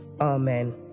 amen